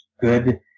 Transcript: good